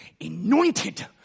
anointed